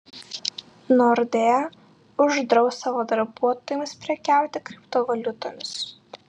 nordea uždraus savo darbuotojams prekiauti kriptovaliutomis